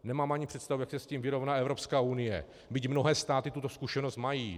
Nemám ani představu, jak se s tím vyrovná Evropská unie, byť mnohé státy tuto zkušenost mají.